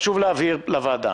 חשוב להבהיר לוועדה: